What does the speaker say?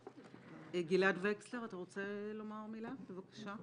גלעד וקסלר, אתה רוצה לומר מילה, בבקשה?